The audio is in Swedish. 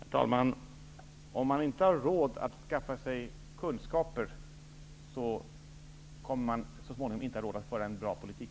Herr talman! Om man inte har råd att skaffa sig kunskaper kommer man så småningom inte att ha råd att föra en bra politik.